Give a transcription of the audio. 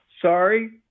sorry